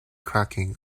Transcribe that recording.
cracking